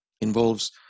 involves